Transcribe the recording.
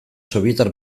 sobietar